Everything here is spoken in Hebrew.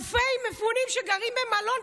אלפי מפונים שגרים במלון,